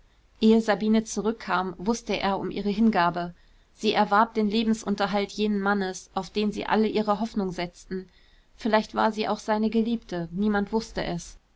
ehe sabine zurückkam wußte er um ihre hingabe sie erwarb den lebensunterhalt jenes mannes auf den sie alle ihre hoffnung setzten vielleicht war sie auch seine geliebte niemand wußte es